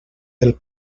del